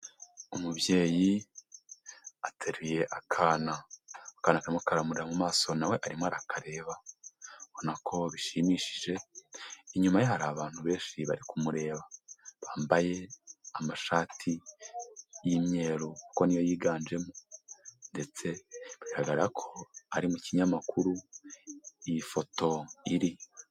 Umubyeyi ateruye akana, akana karimo karamureba mu maso na we arimo arakareba, ubona ko bishimishije, inyuma ye hari abantu benshi bari kumureba bambaye amashati y'imyeru kuko ni yo yiganjemo, ndetse bigaragara ko ari mu kinyamakuru iyi foto iri.